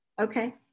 Okay